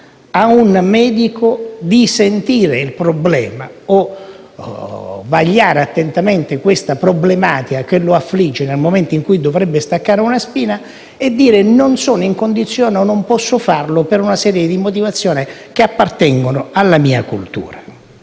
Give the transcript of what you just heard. possibilità di sentire il problema e vagliare attentamente la problematica che lo affligge nel momento in cui dovrebbe staccare una spina e dire che non è in condizione di farlo per una serie di motivazioni che appartengono alla sua cultura.